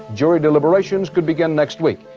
jury deliberations could begin next week.